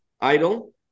idle